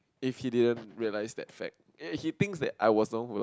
if he didn't realise that fact ya he thinks that I was the one who like